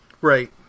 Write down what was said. Right